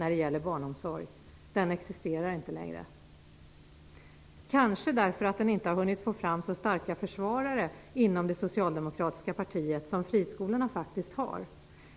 Den existerar inte längre, kanske för att den inte har hunnit att få fram så starka försvarare inom det socialdemokratiska partiet som friskolorna faktiskt har.